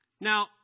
Now